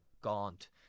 gaunt